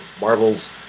Marvel's